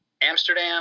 Amsterdam